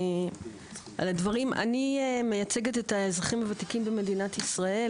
אני מייצגת את האזרחים הוותיקים במדינת ישראל.